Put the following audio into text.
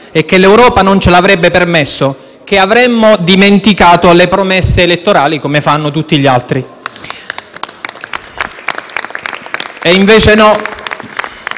e che l'Europa non ce l'avrebbe permesso, che avremmo dimenticato le promesse elettorali come fanno tutti gli altri. *(Applausi